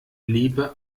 liebe